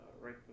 right